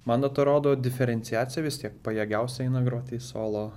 man atrodo diferenciacija vis tiek pajėgiausi eina groti į solo